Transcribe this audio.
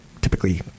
typically